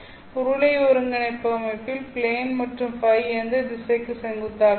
உருளை ஒருங்கிணைப்பு அமைப்பில் ப்லேன் மற்றும் ϕ எந்த திசைக்கு செங்குத்தாக இருக்கும்